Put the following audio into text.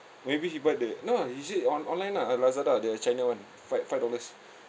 maybe he buy the no he said on~ online lah at lazada the china one five five dollars